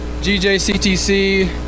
GJCTC